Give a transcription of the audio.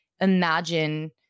imagine